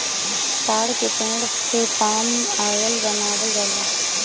ताड़ के पेड़ से पाम आयल बनावल जाला